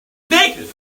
naked